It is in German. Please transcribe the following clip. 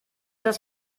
das